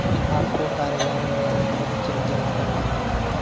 आपको कार्यालय में एक रद्द चेक जमा करना होगा